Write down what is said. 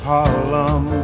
Harlem